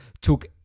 took